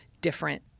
different